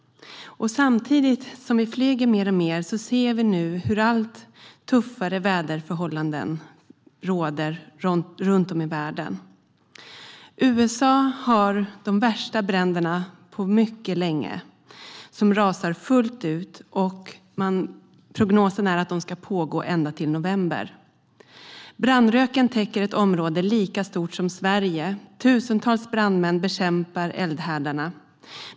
Samtidigt som vi flyger mer och mer ser vi nu hur allt tuffare väderförhållanden råder runt om i världen. I USA rasar de värsta bränderna på mycket länge, och prognosen är att de ska pågå ända till november. Brandröken täcker ett område lika stort som Sverige. Tusentals brandmän bekämpar eldhärdarna.